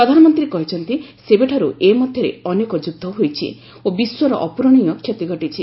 ପ୍ରଧାନମନ୍ତ୍ରୀ କହିଛନ୍ତି ସେବେଠାରୁ ଏ ମଧ୍ୟରେ ଅନେକ ଯୁଦ୍ଧ ହୋଇଛି ଓ ବିଶ୍ୱର ଅପୂରଣୀୟ କ୍ଷତି ଘଟିଛି